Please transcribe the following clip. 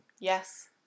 Yes